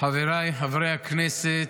חבריי חברי הכנסת,